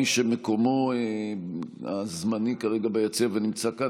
מי שמקומו הזמני כרגע ביציע ונמצא כאן,